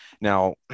Now